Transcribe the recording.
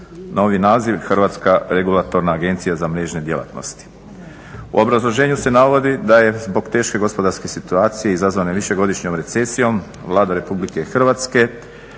Novi naziv, Hrvatska regulatorna agencija za mrežne djelatnosti. U obrazloženju se navodi da je zbog teške gospodarske situacije izazvanom višegodišnjom recesijom Vlada RH pokrenula